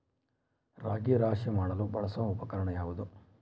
ರಾಗಿ ರಾಶಿ ಮಾಡಲು ಬಳಸುವ ಉಪಕರಣ ಯಾವುದು?